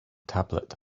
tablet